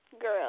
girl